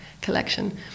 collection